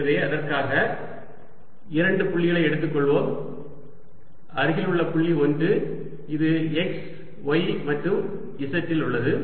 எனவே அதற்காக இரண்டு புள்ளிகளை எடுத்துக்கொள்வோம் அருகிலுள்ள புள்ளி 1 இது x y மற்றும் z இல் உள்ளது